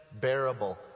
bearable